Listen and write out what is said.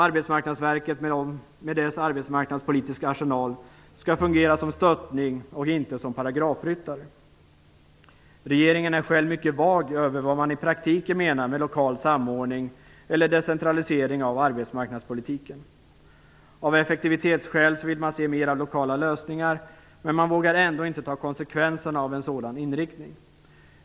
Arbetsmarknadsverket med dess arbetsmarknadspolitiska arsenal skall fungera som stöttning, och inte som paragrafryttare. Regeringen är mycket vag med vad man i praktiken menar med lokal samordning eller decentralisering av arbetsmarknadspolitiken. Av effektivitetskäl vill regeringen se fler lokala lösningar, men vågar ändå inte ta konsekvenserna av en sådan inriktning.